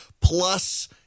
plus